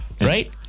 Right